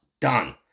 done